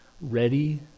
ready